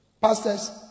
Pastors